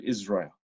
Israel